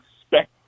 expect